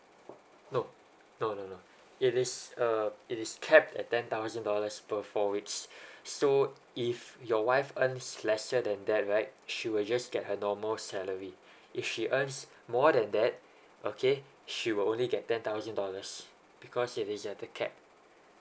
nope no no no it is uh it is capped at ten thousand dollars per for weeks so if your wife earns lesser than that right she will just get her normal salary if she earns more than that okay she will only get ten thousand dollars because it is at the cap